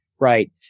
Right